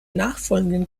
nachfolgenden